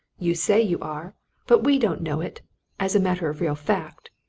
you say you are but we don't know it as a matter of real fact.